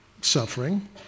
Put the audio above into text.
suffering